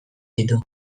ditu